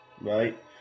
Right